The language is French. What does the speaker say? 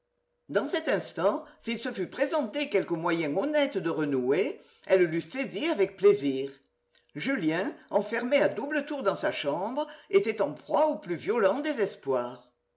dans cet instant s'il se fût présenté quelque moyen honnête de renouer elle l'eût saisi avec plaisir julien enfermé à double tour dans sa chambre était en proie au plus violent